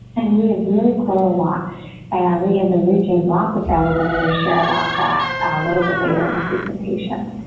and we have really grown a lot and we have been reaching lots of families and i'm going to share about that a little bit later in the presentation.